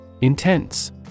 Intense